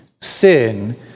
sin